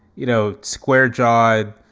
you know, square jawed,